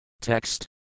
Text